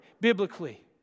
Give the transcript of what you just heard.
biblically